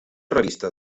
revista